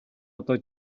одоо